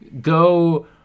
go